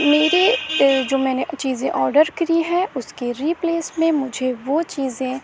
میرے جو میں نے چیزیں آڈر کری ہے اس کے ریپلیس میں مجھے وہ چیزیں